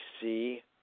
see